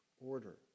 order